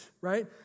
right